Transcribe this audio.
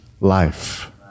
life